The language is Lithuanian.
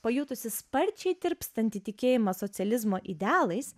pajutusi sparčiai tirpstantį tikėjimą socializmo idealais